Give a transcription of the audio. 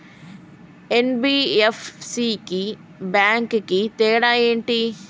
NBFC కి bank కి తేడా ఏంటి?